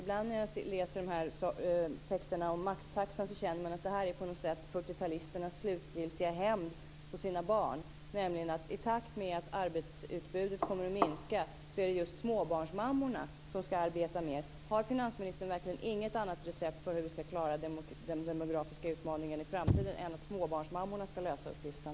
Ibland när jag läser texterna om maxtaxa känner jag att det på något sätt är 40-talisternas slutgiltiga hämnd på sina barn. I takt med att arbetsutbudet kommer att minska är det just småbarnsmammorna som ska arbeta mer. Har finansministern verkligen inget annat recept för hur vi ska klara den demografiska utmaningen i framtiden än att småbarnsmammorna ska lösa uppgiften?